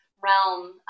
realm